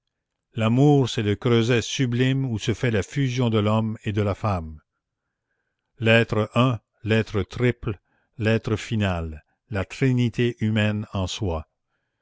l'amour c'est le creuset sublime où se fait la fusion de l'homme et de la femme l'être un l'être triple l'être final la trinité humaine en soit